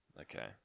okay